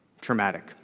traumatic